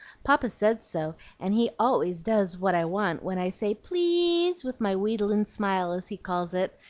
papa says so, and he always does what i want when i say please with my wheedulin smile, as he calls it,